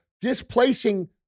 displacing